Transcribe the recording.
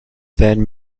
then